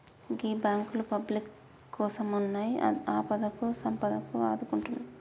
గీ బాంకులు పబ్లిక్ కోసమున్నయ్, ఆపదకు సంపదకు ఆదుకుంటయ్